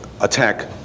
attack